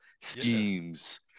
schemes